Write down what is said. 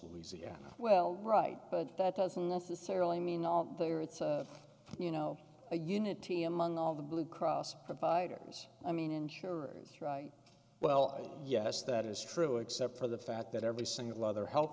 louisiana well right but that doesn't necessarily mean they are it's you know a unity among all the blue cross providers i mean insurers right well yes that is true except for the fact that every single other health